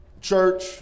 Church